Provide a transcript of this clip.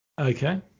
Okay